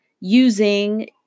using